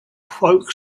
folk